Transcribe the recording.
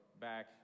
back